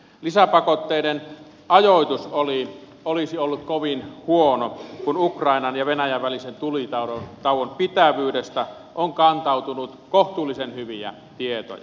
lisäpakotteiden ajoitus olisi ollut kovin huono kun ukrainan ja venäjän välisen tulitauon pitävyydestä on kantautunut kohtuullisen hyviä tietoja